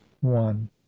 one